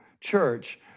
Church